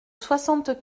soixante